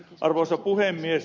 arvoisa puhemies